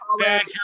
Badger